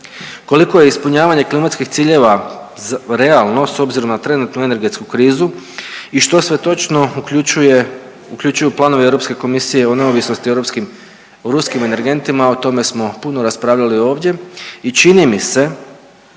Koliko je ispunjavanje klimatskih ciljeva realno s obzirom na trenutnu energetsku krizu i što sve točno uključuje, uključuju planovi Europske komisije o neovisnosti o europskim, o ruskim energentima, o tome smo puno raspravljali ovdje i čini mi se